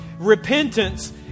Repentance